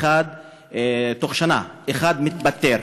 בתוך שנה אחד מתפטר.